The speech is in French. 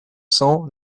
cents